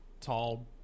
tall